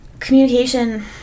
Communication